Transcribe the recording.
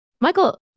Michael